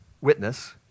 witness